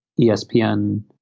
ESPN